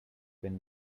been